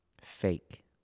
fake